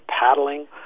paddling